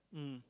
mm